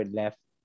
left